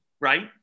Right